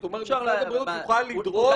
זאת אומרת, משרד הבריאות יוכל לדרוש.